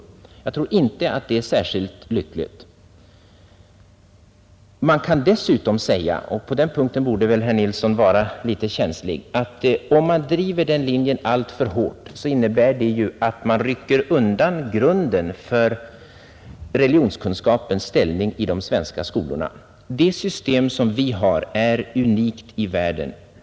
Jag tror inte att det är särskilt lyckligt. Man kan dessutom säga — och på den punkten borde väl herr Nilsson i Agnäs vara känslig — att om man driver den linjen alltför hårt innebär det att man rycker undan grunden för religionskunskapens ställning i de svenska skolorna. Det system som vi har är unikt i världen.